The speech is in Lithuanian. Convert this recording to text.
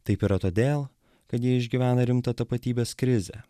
taip yra todėl kad jie išgyvena rimtą tapatybės krizę